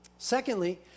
Secondly